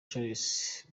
charles